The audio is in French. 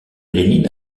lénine